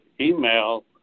email